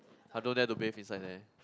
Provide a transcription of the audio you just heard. I don't dare to bath inside neh